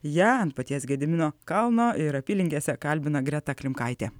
ją ant paties gedimino kalno ir apylinkėse kalbina greta klimkaitė